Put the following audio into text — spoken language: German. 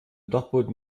dachboden